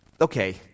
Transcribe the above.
Okay